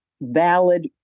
valid